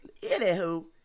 anywho